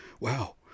Wow